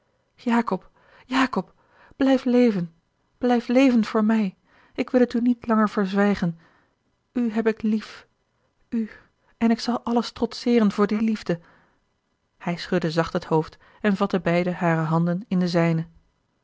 jacob jacob blijf leven blijf leven voor mij ik wil het u niet langer verzwijgen u heb ik lief u en ik zal alles trotseeren voor die liefde hij schudde zacht het hoofd en vatte beide hare handen in de zijne